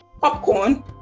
popcorn